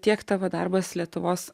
tiek tavo darbas lietuvos